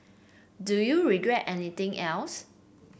do you regret anything else